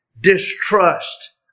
distrust